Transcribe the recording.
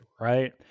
right